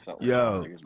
Yo